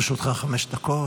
לרשותך חמש דקות.